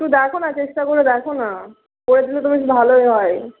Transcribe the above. একটু দেখো না চেষ্টা করে দেখো না করে দিলে তো বেশ ভালোই হয়